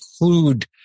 include